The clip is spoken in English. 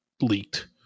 leaked